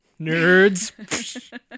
Nerds